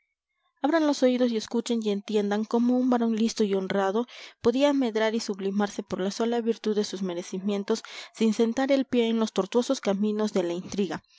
abran los oídos y escuchen y entiendan cómo un varón listo y honrado podía medrar y sublimarse por la sola virtud de sus merecimientos sin sentar el pie en los tortuosos caminos de la intriga